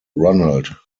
ronald